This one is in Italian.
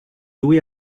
lui